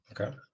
okay